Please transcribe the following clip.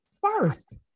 first